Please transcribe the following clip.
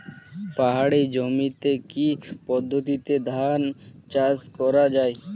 পাহাড়ী জমিতে কি পদ্ধতিতে ধান চাষ করা যায়?